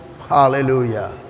hallelujah